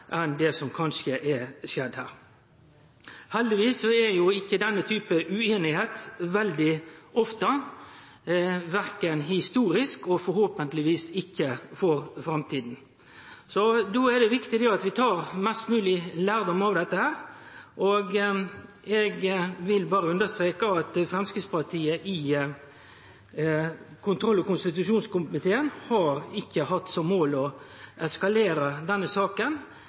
enn det som kanskje er skjedd her. Heldigvis ser vi ikkje denne typen ueinigheit veldig ofte, ikkje historisk – og forhåpentlegvis ikkje i framtida. Det er viktig at vi tek mest mogleg lærdom av dette. Eg vil berre understreke at Framstegspartiet i kontroll- og konstitusjonskomiteen ikkje har hatt som mål å eskalere denne saka,